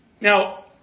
Now